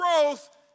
growth